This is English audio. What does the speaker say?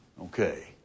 Okay